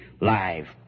live